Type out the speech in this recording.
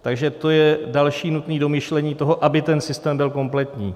Takže to je další nutné domyšlení toho, aby ten systém byl kompletní.